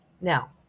Now